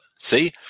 See